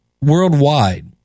worldwide